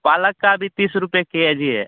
पालक का भी तीस रुपये के जी है